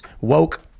woke